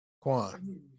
kwan